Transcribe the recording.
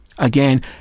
Again